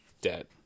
debt